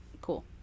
cool